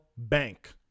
Bank